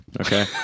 okay